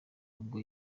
ubwo